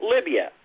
Libya